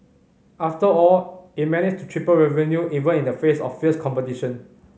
after all it managed to triple revenue even in the face of fierce competition